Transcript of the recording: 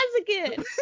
again